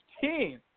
team